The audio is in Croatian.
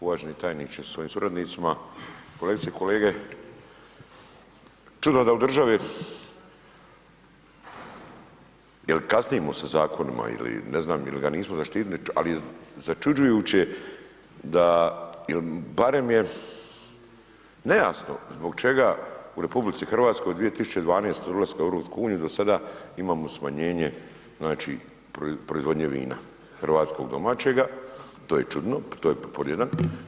Uvaženi tajniče sa svojim suradnicima, kolegice i kolege, čudo da u državi, jel kasnimo sa zakonima ili ne znam ili ga nismo zaštitili, ali začuđujuće da, jel barem je nejasno zbog čega u RH od 2012. od ulaska u EU do sada imamo smanjenje, znači, proizvodnje vina, hrvatskog domaćega, to je čudno, to je pod jedan.